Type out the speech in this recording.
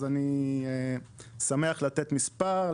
אז אני שמח לתת מספר,